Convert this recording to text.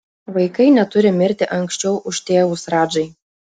vaikai neturi mirti anksčiau už tėvus radžai